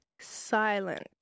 silent